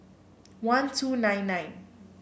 one two nine nine